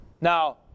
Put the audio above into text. Now